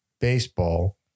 baseball